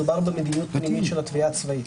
מדובר במדיניות פנימית של התביעה הצבאית.